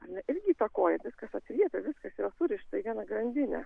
ar ne irgi įtakoja viskas atliepia viskas yra surišta į vieną grandinę